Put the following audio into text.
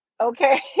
Okay